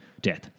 death